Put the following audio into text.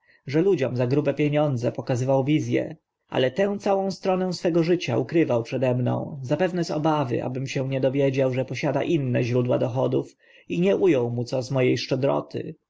że ludziom za grube pieniądze pokazywał wiz e ale tę całą stronę swego życia ukrywał przede mną zapewne z obawy abym się nie dowiedział że posiada inne źródła dochodów i nie u ął mu co z mo